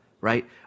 right